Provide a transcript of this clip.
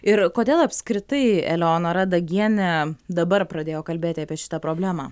ir kodėl apskritai eleonora dagienė dabar pradėjo kalbėti apie šitą problemą